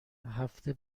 هفته